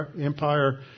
Empire